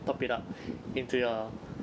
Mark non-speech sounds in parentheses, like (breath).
top it up (breath) into your